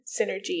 Synergy